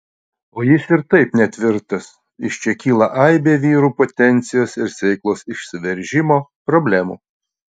o jis ir taip netvirtas iš čia kyla aibė vyrų potencijos ir sėklos išsiveržimo problemų